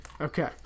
Okay